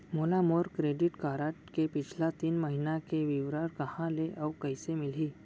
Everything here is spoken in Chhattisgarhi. मोला मोर क्रेडिट कारड के पिछला तीन महीना के विवरण कहाँ ले अऊ कइसे मिलही?